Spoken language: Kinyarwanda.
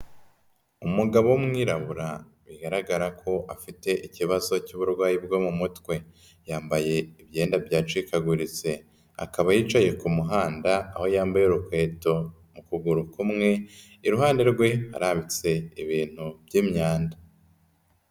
Umugabo w'umwirabura, bigaragara ko afite ikibazo cy'uburwayi bwo mu mutwe, yambaye ibyenda byacikaguritse, akaba yicaye ku muhanda aho yambaye urukweto mu kuguru kumwe, iruhande rwe harambitse ibintu by'imyanda.